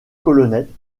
colonnettes